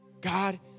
God